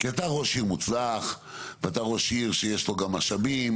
אתה ראש עיר מוצלח ואתה ראש עיר שיש לו משאבים,